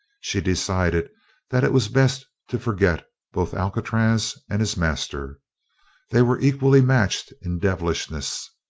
she decided that it was best to forget both alcatraz and his master they were equally matched in devilishness.